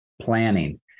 planning